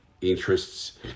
interests